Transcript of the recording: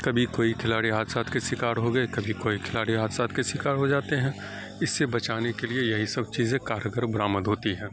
کبھی کوئی کھلاڑی حادثات کا شکار ہو گئے کبھی کوئی کھلاڑی حادثات کے شکار ہو جاتے ہیں اس سے بچانے کے لیے یہی سب چیزیں کارگر برآمد ہوتی ہیں